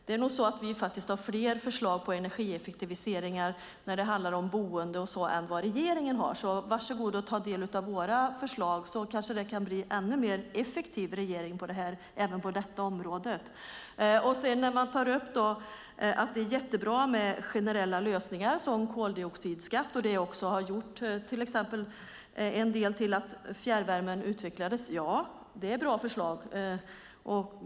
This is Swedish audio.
Det är nog så att vi har fler förslag på energieffektiviseringar när det handlar om boende och annat än vad regeringen har, så varsågod att ta del av våra förslag så kanske det kan bli en ännu mer effektiv regering även på detta område. Man tar upp att det är jättebra med generella lösningar som koldioxidskatt och att de har bidragit en del till att fjärrvärmen utvecklades. Ja, det är bra förslag.